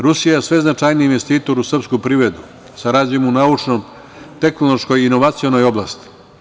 Rusija je sve značajniji investitor u srpskoj privredi, sa razvojem u naučno-tehnološkoj i inovacionoj oblasti.